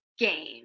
game